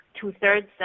two-thirds